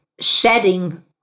shedding